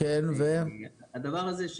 הדבר הזה,